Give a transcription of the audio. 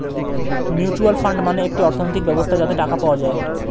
mutual fund মানে একটি অর্থনৈতিক ব্যবস্থা যাতে টাকা পাওয়া যায়